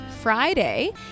Friday